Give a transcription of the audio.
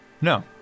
No